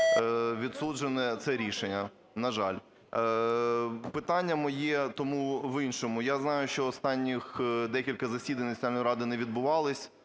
відсуджене це рішення, на жаль. Питання моє тому в іншому. Я знаю, що останніх декілька засідань Національної ради не відбувались